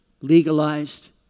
legalized